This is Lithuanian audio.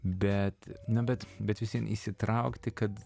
bet na bet bet vis vien įsitraukti kad